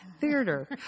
Theater